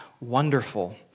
wonderful